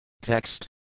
Text